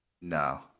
No